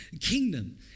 kingdom